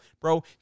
Bro